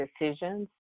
decisions